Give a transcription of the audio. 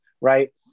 right